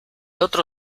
otro